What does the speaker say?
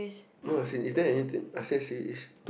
no as in is there anything I swear she is